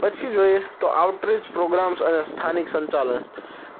પછી જોઈએ તો આઉટરીચ પ્રોગ્રામ્સ અને સ્થાનિક સંચાલન